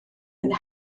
ein